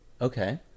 okay